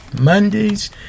Mondays